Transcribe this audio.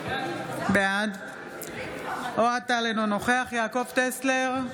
בעד אוהד טל, אינו נוכח יעקב טסלר,